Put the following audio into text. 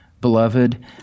beloved